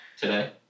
today